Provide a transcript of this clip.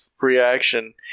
reaction